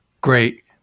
great